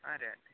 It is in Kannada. ಹಾಂ ರಿ